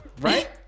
Right